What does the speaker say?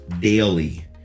daily